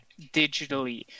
digitally